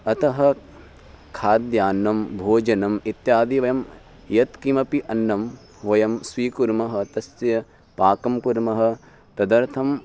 अतः खाद्यान्नं भोजनम् इत्यादि वयं यत्किमपि अन्नं वयं स्वीकुर्मः तस्य पाकं कुर्मः तदर्थं